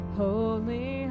holy